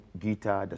guitar